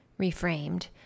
reframed